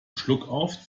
schluckauf